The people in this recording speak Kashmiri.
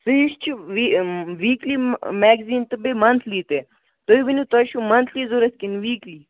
فیس چھُو ویٖکلی میگزیٖن تہٕ بییٛہِ مَنتھلی تہِ تُہۍ ؤنِو تۄہہِ چھِو مَنتھلی ضروٗرت کِنہٕ ویٖکلی